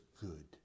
good